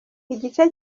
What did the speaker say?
igice